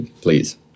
Please